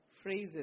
Phrases